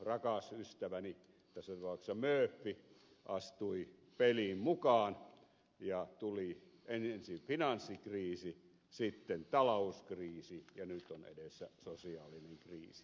kyllönen sanoi tässä tapauksessa rakas ystäväni murphy peliin mukaan ja tuli ensin finanssikriisi sitten talouskriisi ja nyt on edessä sosiaalinen kriisi